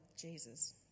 Jesus